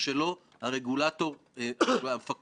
את הכלים לכך נמסד בכנסת הבאה.